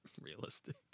realistic